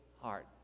heart